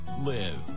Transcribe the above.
live